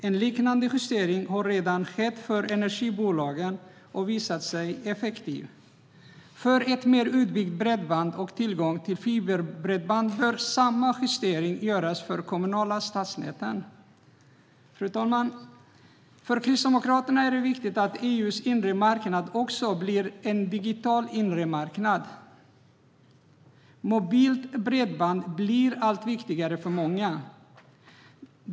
En liknande justering har redan skett för energibolagen och visat sig effektiv. För ett mer utbyggt bredband och tillgång till fiberbredband bör samma justering göras för de kommunala stadsnäten. Fru talman! För Kristdemokraterna är det viktigt att EU:s inre marknad också blir en digital inre marknad. Mobilt bredband blir allt viktigare för många.